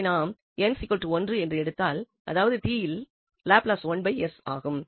எனவே நாம் n1 என்று எடுத்தால் அதாவது t இன் லாப்லஸ் 1s ஆகும்